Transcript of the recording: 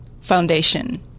foundation